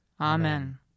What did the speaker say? Amen